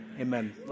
Amen